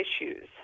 issues